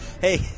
Hey